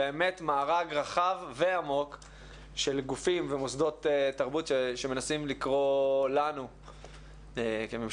באמת מארג רחב ועמוק של גופים ומוסדות תרבות שמנסים לקרוא לנו כממשלה,